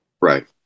Right